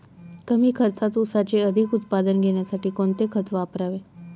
कमी खर्चात ऊसाचे अधिक उत्पादन घेण्यासाठी कोणते खत वापरावे?